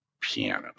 pianos